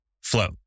flow